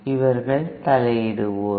இவர்கள் தலையிடுவோர்